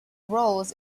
roles